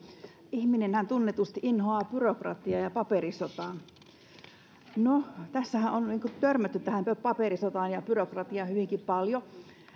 ihminenhän tunnetusti inhoaa byrokratiaa ja paperisotaa no tässähän on törmätty tähän paperisotaan ja byrokratiaan hyvinkin paljon